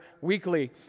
weekly